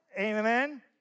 Amen